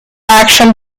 action